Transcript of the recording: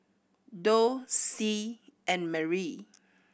Doug Sie and Merri